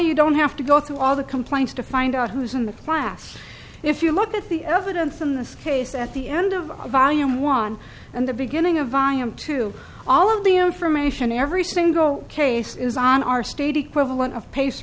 you don't have to go through all the complaints to find out who's in the class if you look at the evidence in this case at the end of a volume one and the beginning of volume two all of the information every single case is on our state equivalent of